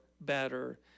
better